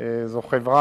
התקנות?